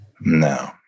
No